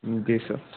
جی سر